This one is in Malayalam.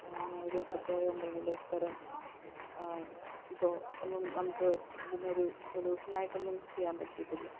അതിനൊരു പ്രത്യേക എന്തെങ്കിലും തരം ഇതോ ഒന്നും നമുക്ക് ഇതിനൊരു സൊല്യൂഷനായിട്ടൊന്നും ചെയ്യാൻ പറ്റിയിട്ടില്ല